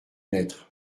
lettre